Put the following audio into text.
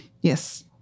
Yes